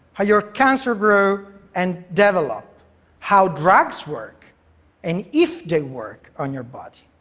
how your cancer grows and develops, how drugs work and if they work on your body.